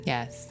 Yes